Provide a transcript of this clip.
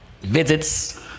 visits